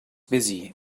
busy